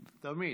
תמיד.